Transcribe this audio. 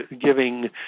giving